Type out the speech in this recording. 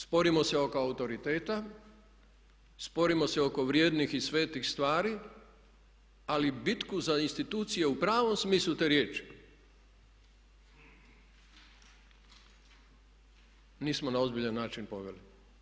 Sporimo se oko autoriteta, sporimo se oko vrijednih i svetih stvari ali bitku za institucije u pravom smislu te riječi nismo na ozbiljan način poveli.